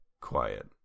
quiet